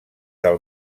del